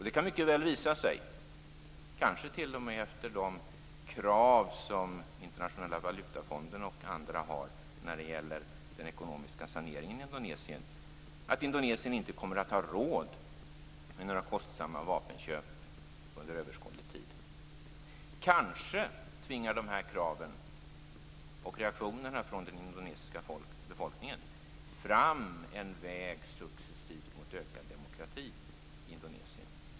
Det kan mycket väl visa sig - kanske efter de krav som Internationella valutafonden och andra ställer när det gäller den ekonomiska saneringen i Indonesien - att Indonesien inte kommer att ha råd med några kostsamma vapeninköp under överskådlig tid. Kanske tvingar dessa krav och reaktionerna från den indonesiska befolkningen fram en väg successivt mot ökad demokrati i Indonesien.